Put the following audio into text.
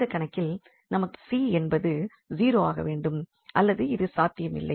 இந்த கணக்கில் நமக்கு c என்பது 0 ஆகவேண்டும் அல்லது இது சாத்தியமில்லை